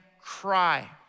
cry